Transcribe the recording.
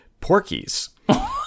porkies